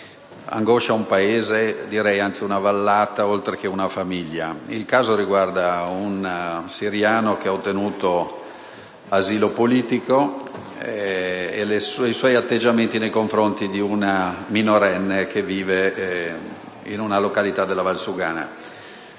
angoscia un paese, anzi direi una vallata, oltre che una famiglia. Il caso riguarda un siriano che ha ottenuto asilo politico e i suoi atteggiamenti nei confronti di una minorenne che vive in una località della Valsugana.